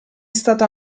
stato